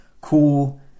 cool